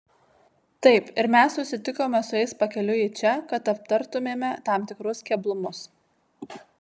taip ir mes susitikome su jais pakeliui į čia kad aptartumėme tam tikrus keblumus